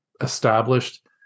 established